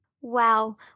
Wow